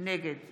נגד